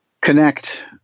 connect